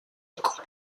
quand